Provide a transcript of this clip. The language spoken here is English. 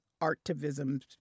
artivism